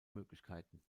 möglichkeiten